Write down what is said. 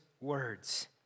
words